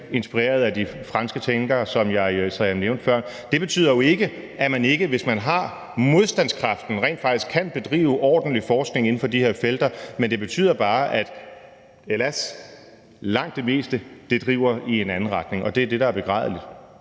inspireret af de franske tænkere, som jeg nævnte før. Det betyder jo ikke, at man ikke, hvis man har modstandskraften, rent faktisk kan bedrive ordentlig forskning inden for de her felter. Men det betyder bare – hélas – at langt det meste driver i en anden retning. Det er det, der er begrædeligt.